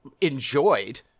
enjoyed